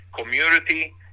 community